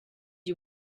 you